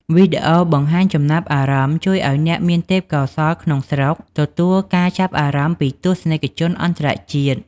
វីដេអូបង្ហាញចំណាប់អារម្មណ៍ជួយឱ្យអ្នកមានទេពកោសល្យក្នុងស្រុក ទទួលការចាប់អារម្មណ៍ពីទស្សនិកជនអន្តរជាតិ។